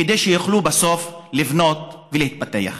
כדי שיוכלו בסוף לבנות ולהתפתח.